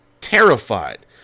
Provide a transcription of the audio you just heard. terrified